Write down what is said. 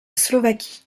slovaquie